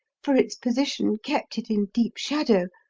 for its position kept it in deep shadow,